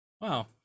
Wow